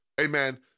Amen